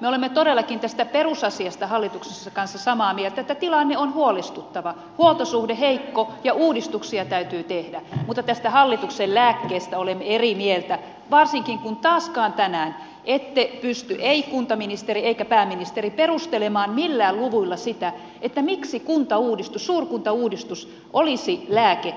me olemme todellakin tästä perusasiasta hallituksen kanssa samaa mieltä että tilanne on huolestuttava huoltosuhde heikko ja uudistuksia täytyy tehdä mutta tästä hallituksen lääkkeestä olemme eri mieltä varsinkin kun taaskaan tänään ette pysty ei kuntaministeri eikä pääministeri perustelemaan millään luvuilla sitä miksi kuntauudistus suurkuntauudistus olisi lääke